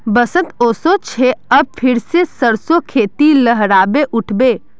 बसंत ओशो छे अब फिर से सरसो खेती लहराबे उठ बे